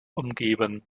umgeben